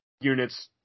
units